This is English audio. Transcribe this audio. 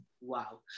wow